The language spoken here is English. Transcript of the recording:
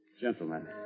Gentlemen